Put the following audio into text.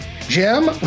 jim